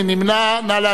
מי נמנע?